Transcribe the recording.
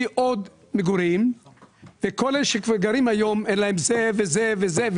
עוד מגורים וכל אלה שגרים היום אין להם את זה ואת זה ואת זה,